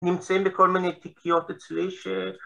‫נמצאים בכל מיני תיקיות אצלי ‫ש...